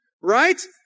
Right